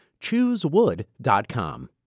Choosewood.com